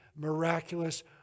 miraculous